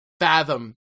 fathom